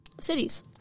cities